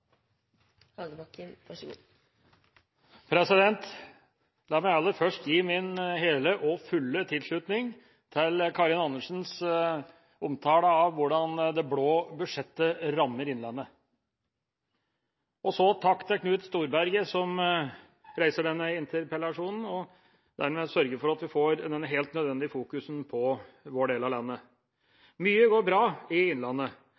La meg aller først gi min hele og fulle tilslutning til Karin Andersens omtale av hvordan det blå budsjettet rammer innlandet. Og så takk til Knut Storberget som reiser denne interpellasjonen, og dermed sørger for at vi får dette helt nødvendige fokuset på vår del av landet. Mye går bra i innlandet.